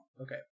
Okay